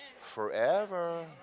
forever